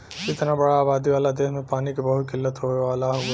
इतना बड़ा आबादी वाला देस में पानी क बहुत किल्लत होए वाला हउवे